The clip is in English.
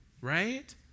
right